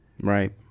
Right